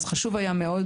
אז חשוב היה מאד